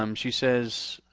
um she says,